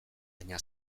baina